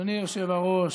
אדוני היושב-ראש,